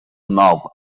now